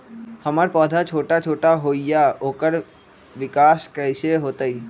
हमर पौधा छोटा छोटा होईया ओकर विकास कईसे होतई?